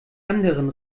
anderen